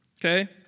Okay